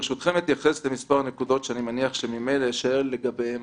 ברשותכם אתייחס למספר נקודות שאני מניח שממילא אשאל לגביהן.